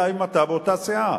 אלא אם אתה באותה סיעה.